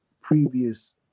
previous